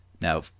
Now